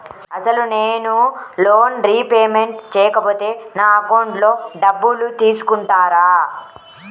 అసలు నేనూ loan repayment చేయకపోతే నా అకౌంట్లో డబ్బులు తీసుకుంటారా?